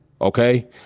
Okay